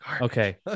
Okay